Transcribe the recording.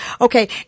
Okay